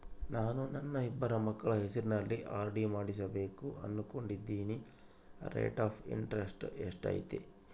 ನಾನು ನನ್ನ ಇಬ್ಬರು ಮಕ್ಕಳ ಹೆಸರಲ್ಲಿ ಆರ್.ಡಿ ಮಾಡಿಸಬೇಕು ಅನುಕೊಂಡಿನಿ ರೇಟ್ ಆಫ್ ಇಂಟರೆಸ್ಟ್ ಎಷ್ಟೈತಿ?